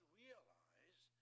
realize